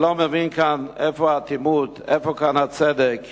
אני לא מבין כאן מאיפה האטימות, איפה כאן הצדק?